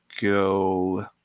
go